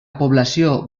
població